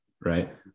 right